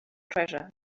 treasure